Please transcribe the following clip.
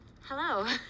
Hello